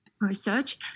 research